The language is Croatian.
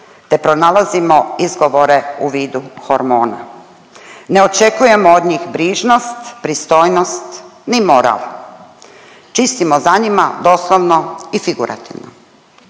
te pronalazimo izgovore u vidu hormona. Ne očekujemo od njih brižnost, pristojnost, ni moral. Čistimo za njima doslovno i figurativno.